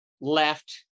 left